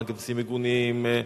מעשים מגונים,